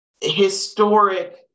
historic